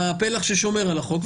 הפלח ששומר על החוק,